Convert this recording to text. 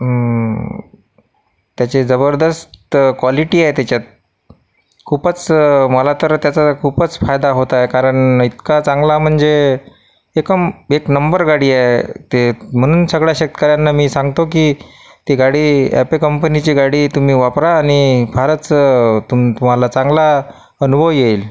त्याचे जबरदस्त कॉलिटी आहे त्याच्यात खूपच मला तर त्याचा खूपच फायदा होत आहे कारण इतका चांगला म्हणजे एकम एक नंबर गाडी आहे ते म्हणून सगळ्या शेतकऱ्यांना मी सांगतो की ती गाडी ऍपे कंपनीची गाडी तुम्ही वापरा आणि फारच तुम्हाला चांगला अनुभव येईल